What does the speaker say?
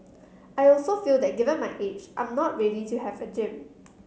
I'll also feel that given my age I'm not ready to have a gym